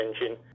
engine